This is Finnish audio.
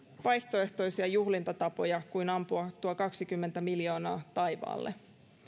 vaihtoehtoisia juhlintatapoja kuin ampua tuo kaksikymmentä miljoonaa taivaalle